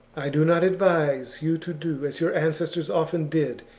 i do not advise you to do as your ancestors often did,